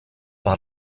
war